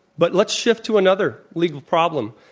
but let's shift to another legal problem